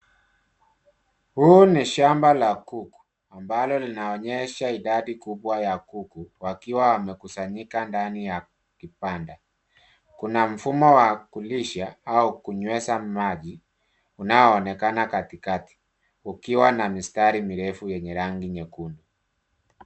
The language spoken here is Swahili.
Huu ni shamba la kuku, ambalo linaonyesha idadi kubwa ya kuku wakiwa wamekusanika ndani ya kibanda. Kuna mfumo wa kulisha au kunywesha maji, unaonekana katikati ukiwa na mistari mirefu yenye rangi nyekundu.